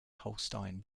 holstein